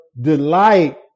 delight